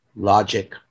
logic